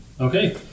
Okay